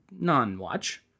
non-watch